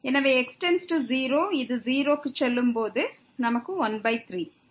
எனவே x→0 இது 0 க்கு செல்லும் போது நமக்கு 13